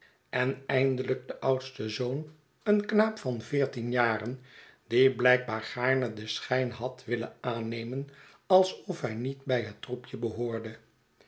en eindelijk de oudste zoon eenknaap van jveertien jaren die blijkbaar gaarne den schijn had willen aannemen alsof hij niet bij het troepje behoorde